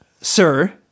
sir